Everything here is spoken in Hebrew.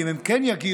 ואם הם כן יגיעו,